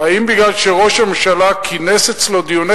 האם בגלל שראש הממשלה כינס אצלו דיוני